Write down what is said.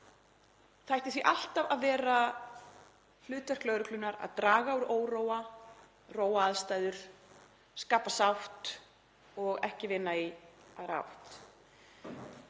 Það ætti því alltaf að vera hlutverk lögreglunnar að draga úr óróa, róa aðstæður, skapa sátt og ekki vinna í aðra átt.